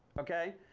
ok?